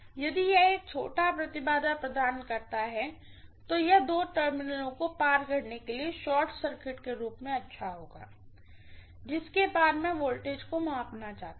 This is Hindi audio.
यदि यह एक छोटा इम्पीडेन्स प्रदान करता है तो यह दो टर्मिनलों को पार करने के लिए शॉर्ट सर्किट के रूप में अच्छा होगा जिसके पार मैं वोल्टेज को मापना चाहती हूँ